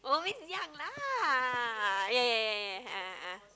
oh means young lah yeah yeah yeah yeah yeah yeah yeah a'ah a'ah